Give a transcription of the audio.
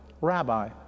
Rabbi